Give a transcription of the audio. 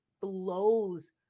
blows